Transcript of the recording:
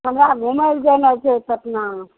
हमरा घुमैलए जेनाइ छै पटना